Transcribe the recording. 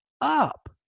up